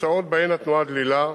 בשעות שבהן התנועה דלילה,